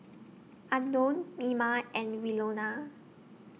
Unknown Mima and Winona